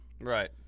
right